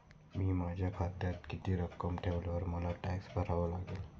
मी माझ्या खात्यात किती रक्कम ठेवल्यावर मला टॅक्स भरावा लागेल?